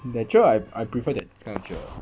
that cher I I prefer that kind of cher